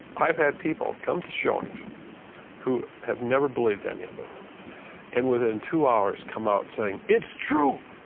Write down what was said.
i've had people come to showings who have never believed any of it and within two hours come out saying, it's true.